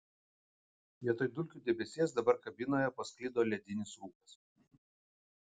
vietoj dulkių debesies dabar kabinoje pasklido ledinis rūkas